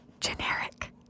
Generic